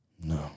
No